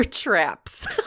Traps